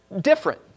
different